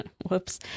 Whoops